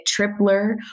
Tripler